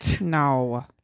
No